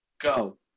go